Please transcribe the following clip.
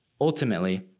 Ultimately